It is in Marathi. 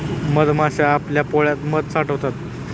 मधमाश्या आपल्या पोळ्यात मध साठवतात